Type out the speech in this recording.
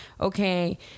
Okay